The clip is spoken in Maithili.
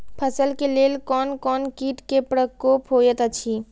फसल के लेल कोन कोन किट के प्रकोप होयत अछि?